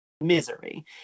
misery